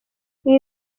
ibi